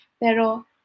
Pero